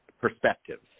perspectives